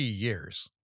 years